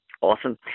Awesome